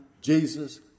Jesus